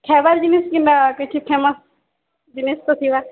ଖାଏବାର୍ ଜିନିଷ୍ କିମ୍ବା କିଛି ଫେମସ୍ ଜିନିଷ୍ ତ ଥିବା